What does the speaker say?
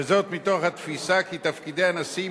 וזאת מתוך התפיסה כי תפקידי הנשיא,